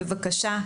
בבקשה,